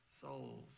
souls